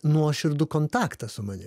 nuoširdų kontaktą su manim